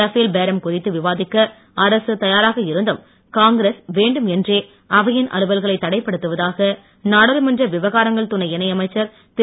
Rafale பேரம் குறித்து விவாதிக்க அரசு தயாராக இருந்தும் காங்கிரஸ் வேண்டும் என்றே அவையின் அலுவல்களை தடைபடுத்துவதாக நாடாளுமன்ற விவகாரங்கள் துணை இணையமைச்சர் திரு